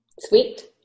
Sweet